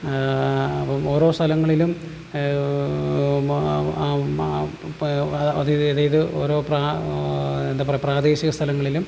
അപ്പം ഓരോ സ്ഥലങ്ങളിലും അത് ഇതിത് ഇത് ഓരോ എന്താ പറയുക പ്രാദേശിക സ്ഥലങ്ങളിലും